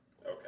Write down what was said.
okay